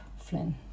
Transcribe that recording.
Flynn